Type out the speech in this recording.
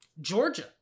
Georgia